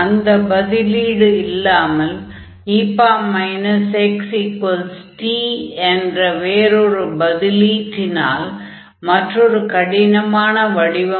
அந்த பதிலீடு இல்லாமல் e xt என்ற வேறொரு பதிலீட்டினால் மற்றொரு கடினமான வடிவம் கிடைக்கும்